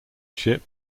ship